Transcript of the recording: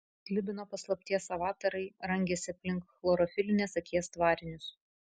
slibino paslapties avatarai rangėsi aplink chlorofilinės akies tvarinius